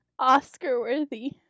Oscar-worthy